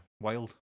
wild